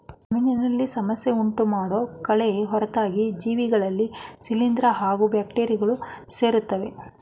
ಜಮೀನಿನಲ್ಲಿ ಸಮಸ್ಯೆ ಉಂಟುಮಾಡೋ ಕಳೆ ಹೊರತಾಗಿ ಜೀವಿಗಳಲ್ಲಿ ಶಿಲೀಂದ್ರ ಹಾಗೂ ಬ್ಯಾಕ್ಟೀರಿಯಗಳು ಸೇರಯ್ತೆ